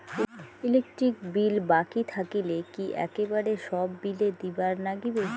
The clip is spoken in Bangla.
ইলেকট্রিক বিল বাকি থাকিলে কি একেবারে সব বিলে দিবার নাগিবে?